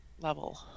level